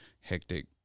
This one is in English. hectic